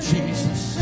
Jesus